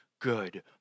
good